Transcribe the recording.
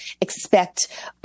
expect